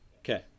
Okay